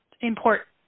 import